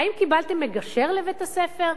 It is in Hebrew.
האם קיבלתם מגשר לבית-הספר,